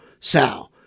Sal